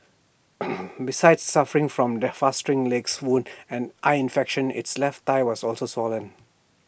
besides suffering from the festering legs wound and eye infection its left thigh was also swollen